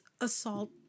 assault